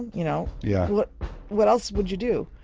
you know yeah. what what else would you do?